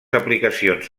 aplicacions